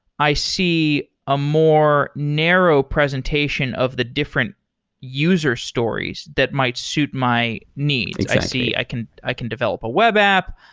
i see a more narrow presentation of the different user stories that might suit my needs. i i can i can develop a web app.